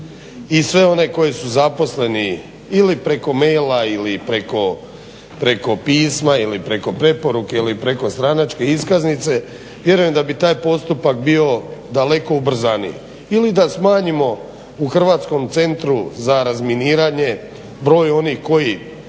i sve one koji su zaposleni ili preko maila ili preko pisma ili preko preporuke ili preko stranačke iskaznice. Vjerujem da bi taj postupak bio daleko ubrzaniji. Ili da smanjimo u Hrvatskom centru za razminiranje broj onih koji